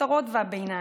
הזוטרות והביניים,